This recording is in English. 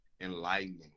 enlightening